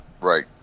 Right